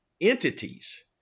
entities